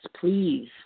Please